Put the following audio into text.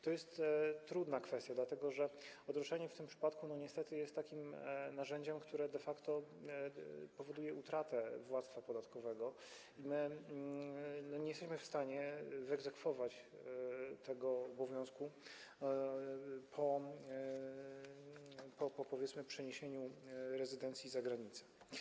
To jest trudna kwestia, dlatego że odroczenie w tym przypadku niestety jest takim narzędziem, które de facto powoduje utratę władztwa podatkowego, i nie jesteśmy w stanie wyegzekwować tego obowiązku po, powiedzmy, przeniesieniu rezydencji za granicę.